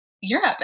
Europe